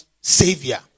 Savior